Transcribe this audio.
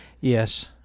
Yes